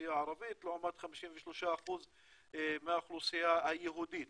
מהאוכלוסייה הערבית לעומת 53% מהאוכלוסייה היהודית.